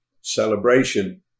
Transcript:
celebration